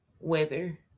weather